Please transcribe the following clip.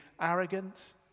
arrogant